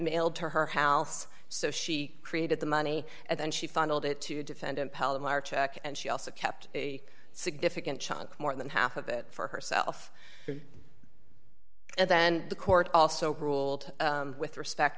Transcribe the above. mailed to her house so she created the money and then she funneled it to defendant palomar check and she also kept a significant chunk more than half of it for herself and then the court also ruled with respect